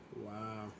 Wow